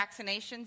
vaccinations